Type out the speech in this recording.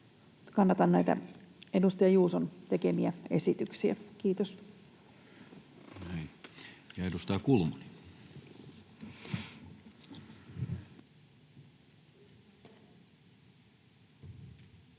Kannatan näitä edustaja Juuson tekemiä esityksiä. — Kiitos.